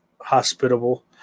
hospitable